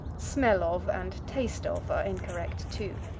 smell of and taste of are incorrect too.